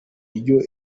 ryo